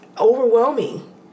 overwhelming